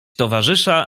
towarzysza